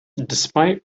despite